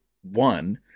one